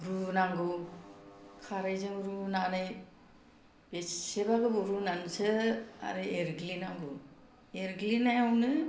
रुनांगौ खारैजों रुनानै बेसेबा गोबाव रुनानैसो आरो एरग्लिनांगौ एरग्लिनायावनो